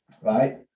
right